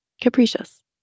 capricious